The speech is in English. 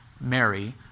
Mary